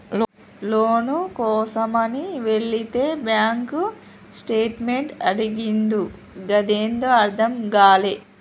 లోను కోసమని వెళితే bank statement అడిగిండు గదేందో అర్థం గాలే